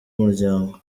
umuryango